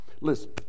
Listen